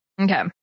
Okay